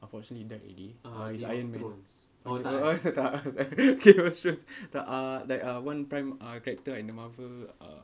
unfortunately he died already ah it's iron man games of thrones tak game of thrones tak that uh one prime uh character in the Marvel uh